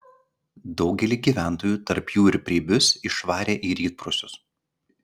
daugelį gyventojų tarp jų ir preibius išvarė į rytprūsius